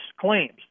claims